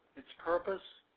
its purpose,